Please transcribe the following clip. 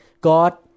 God